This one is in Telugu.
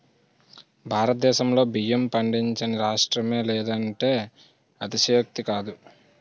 భారతదేశంలో బియ్యం పండించని రాష్ట్రమే లేదంటే అతిశయోక్తి కాదు